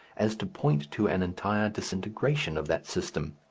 as to point to an entire disintegration of that system.